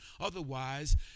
Otherwise